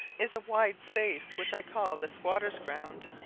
is a wide space which i call the squatter's ground,